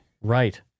right